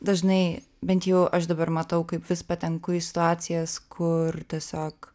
dažnai bent jau aš dabar matau kaip vis patenku į situacijas kur tiesiog